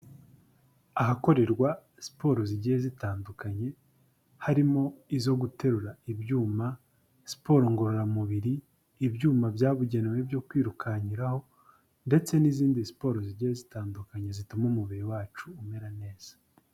Ahakorerwa siporo zigiye zitandukanye, harimo izo guterura ibyuma siporo ngororamubiri, ibyuma byabugenewe byo kwirukankiraraho ndetse n'izindi siporo zijya zitandukanye zituma umubiri wacu umera neza.